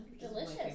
Delicious